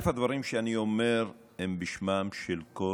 הדברים שאני אומר הם בשמם של כל